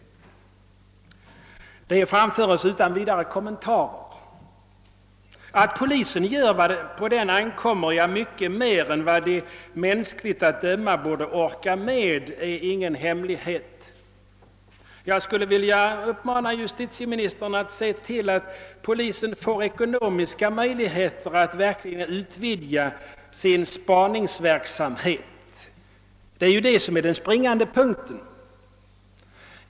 Detta framföres utan vidare kommentar. Att polisen gör vad på den ankommer — ja, mycket mer än vad den mänskligt att döma borde orka med — är ingen hemlighet. Jag skulle vilja uppmana justitieministern att se till att polisen får ekonomiska möjligheter att verkligen utvidga sin spaningsverksamhet. Det är ju det som är den springande punkten.